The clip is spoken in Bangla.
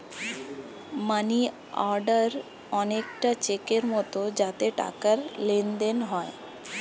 মানি অর্ডার অনেকটা চেকের মতো যাতে টাকার লেনদেন হয়